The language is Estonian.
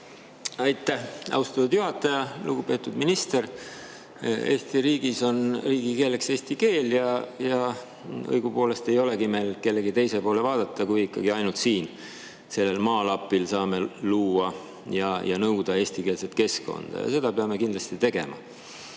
Aitäh, austatud juhataja! Lugupeetud minister! Eesti riigis on riigikeel eesti keel. Õigupoolest ei olegi meil kellegi teise poole vaadata – ikkagi ainult siin, sellel maalapil saame luua ja nõuda eestikeelset keskkonda ja seda peame kindlasti tegema.